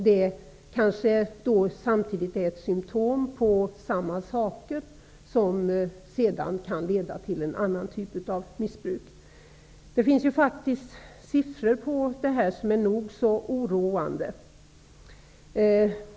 Det kanske samtidigt är ett symptom på saker som sedan kan leda till en annan typ av missbruk. Det finns faktiskt siffror på detta som är nog så oroande.